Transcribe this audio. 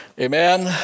Amen